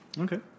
okay